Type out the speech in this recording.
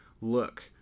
look